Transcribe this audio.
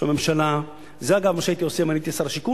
זה, אגב, מה שהייתי עושה אם הייתי שר השיכון.